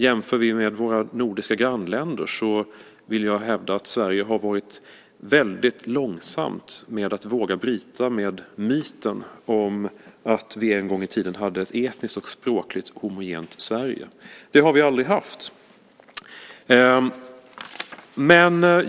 Jämför vi med våra nordiska grannländer så vill jag hävda att Sverige har varit väldigt långsamt med att våga bryta med myten om att vi en gång i tiden hade ett etniskt och språkligt homogent Sverige. Det har vi aldrig haft.